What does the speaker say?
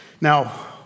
Now